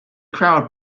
crowd